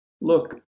Look